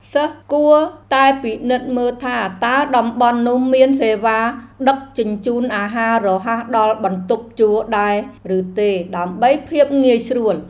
សិស្សគួរតែពិនិត្យមើលថាតើតំបន់នោះមានសេវាដឹកជញ្ជូនអាហាររហ័សដល់បន្ទប់ជួលដែរឬទេដើម្បីភាពងាយស្រួល។